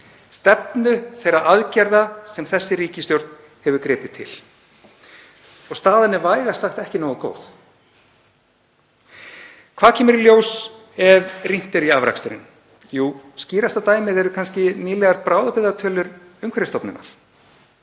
stefnu þeirra aðgerða sem þessi ríkisstjórn hefur gripið til og staðan er vægast sagt ekki nógu góð. Hvað kemur í ljós ef rýnt er í afraksturinn? Jú, skýrasta dæmið er kannski nýlegar bráðabirgðatölur Umhverfisstofnunar